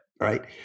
right